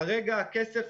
כרגע הכסף,